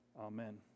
Amen